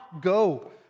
go